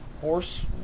horse